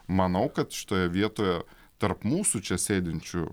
manau kad šitoje vietoje tarp mūsų čia sėdinčių